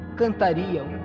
cantariam